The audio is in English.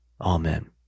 Amen